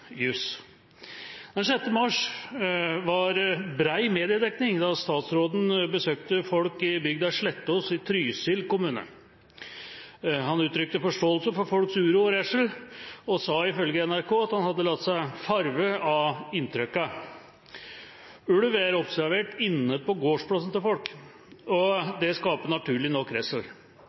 juss. Den 6. mars var det bred mediedekning da statsråden besøkte folk i bygda Slettås i Trysil kommune. Han uttrykte forståelse for folks uro og redsel og sa ifølge NRK at han hadde latt seg farge av inntrykkene. Ulv er observert inne på gårdsplassen til folk, og det skaper naturlig nok